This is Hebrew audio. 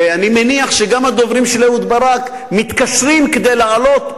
ואני מניח שגם הדוברים של אהוד ברק מתקשרים כדי לעלות.